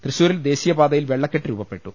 തൃശൂരിൽ ദേശീയപാതയിൽ വെള്ളക്കെട്ട് രൂപ പ്പെട്ടു